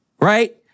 Right